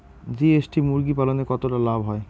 GST মুরগি পালনে কতটা লাভ হয়?